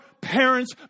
parents